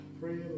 pray